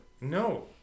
No